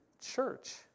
church